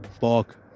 fuck